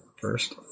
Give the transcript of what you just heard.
first